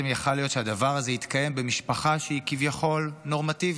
יכול להיות שהדבר הזה התקיים במשפחה שהיא כביכול נורמטיבית.